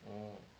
orh